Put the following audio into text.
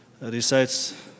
recites